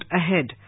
ahead